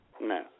No